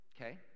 Okay